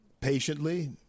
patiently